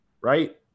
right